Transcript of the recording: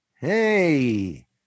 hey